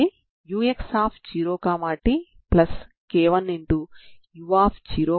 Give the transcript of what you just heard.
దీనినే మీరు ఇక్కడ చూశారు